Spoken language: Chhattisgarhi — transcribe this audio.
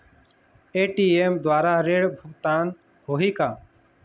ए.टी.एम द्वारा ऋण भुगतान होही का?